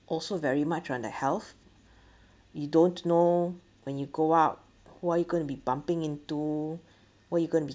also very much on the health you don't know when you go out who you're gonna be bumping into who're you gonna be